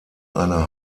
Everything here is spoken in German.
einer